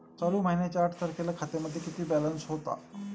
चालू महिन्याच्या आठ तारखेला खात्यामध्ये किती बॅलन्स होता?